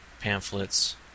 pamphlets